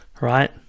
right